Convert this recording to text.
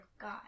God